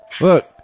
Look